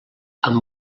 amb